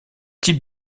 type